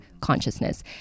consciousness